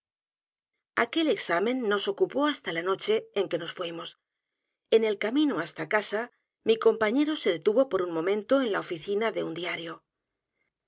aquel examen nos ocupó hasta la noche en que nos fuimos en el camino hasta casa mi compañero se detuvo por un momento en la oficina de un diario